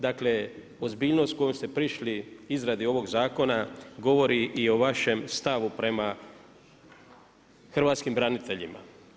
Dakle ozbiljnost kojom ste prišli izradi ovog zakona govori i o vašem stavu prema hrvatskim braniteljima.